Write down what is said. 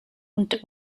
und